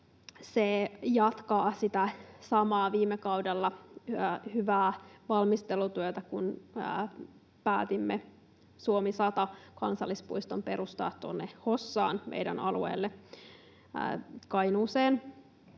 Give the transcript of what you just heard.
Se jatkaa sitä samaa viime kauden hyvää valmistelutyötä, kun päätimme perustaa Suomi 100 ‑kansallispuiston Hossaan meidän alueelle Kainuuseen.